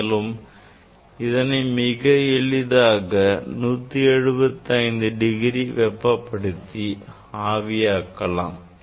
மேலும் இதனை மிக எளிதாக 175 டிகிரி வெப்பப்படுத்தி ஆவியாக்கலாம்